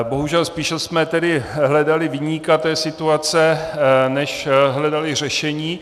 Bohužel spíše jsme hledali viníka té situace, než hledali řešení.